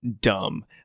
dumb